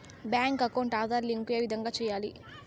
Bank account Aadhaar link ఏ విధంగా సెయ్యాలి?